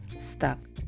Stuck